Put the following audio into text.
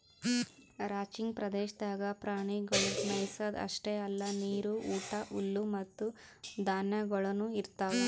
ranching ಪ್ರದೇಶದಾಗ್ ಪ್ರಾಣಿಗೊಳಿಗ್ ಮೆಯಿಸದ್ ಅಷ್ಟೆ ಅಲ್ಲಾ ನೀರು, ಊಟ, ಹುಲ್ಲು ಮತ್ತ ಧಾನ್ಯಗೊಳನು ಇರ್ತಾವ್